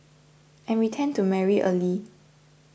and we tend to marry early